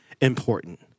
important